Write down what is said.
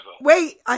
Wait